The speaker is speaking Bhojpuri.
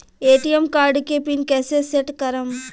ए.टी.एम कार्ड के पिन कैसे सेट करम?